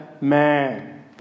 man